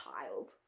child